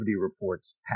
reports